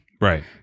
Right